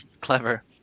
Clever